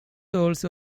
also